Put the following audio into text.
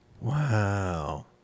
Wow